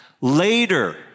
Later